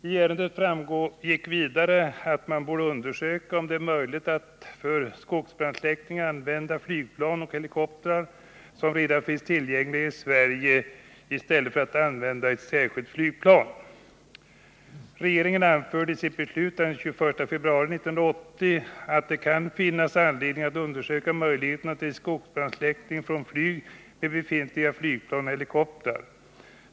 I ärendet framgick vidare att man borde undersöka om det är möjligt att för skogsbrandsläckning använda flygplan och helikoptrar som redan finns tillgängliga i Sverige i stället för att använda ett särskilt flygplan. Regeringen anförde i sitt beslut den 21 februari 1980 att det kan finnas anledning att undersöka möjligheterna till skogsbrandsläckning från flyg med befintliga flygplan och helikoptrar.